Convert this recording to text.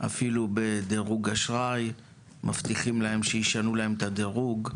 אפילו בדירוג אשראי מבטיחים להם שישנו להם את הדירוג,